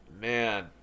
Man